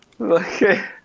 Okay